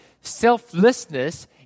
selflessness